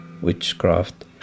witchcraft